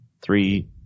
three